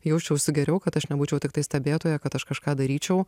jausčiausi geriau kad aš nebūčiau tiktai stebėtoja kad aš kažką daryčiau